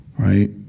Right